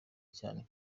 cyane